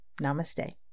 Namaste